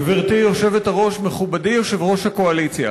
גברתי היושבת-ראש, מכובדי יושב-ראש הקואליציה,